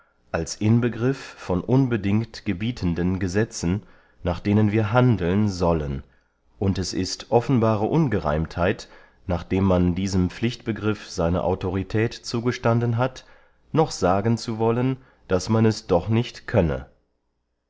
als inbegriff von unbedingt gebietenden gesetzen nach denen wir handeln sollen und es ist offenbare ungereimtheit nachdem man diesem pflichtbegriff seine autorität zugestanden hat noch sagen zu wollen daß man es doch nicht könne